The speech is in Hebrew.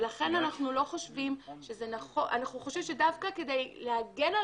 לכן אנחנו חושבים שדווקא כדי להגן על